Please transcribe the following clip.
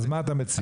מה אתה מציע?